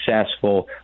successful